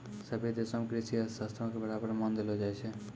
सभ्भे देशो मे कृषि अर्थशास्त्रो के बराबर मान देलो जाय छै